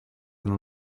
than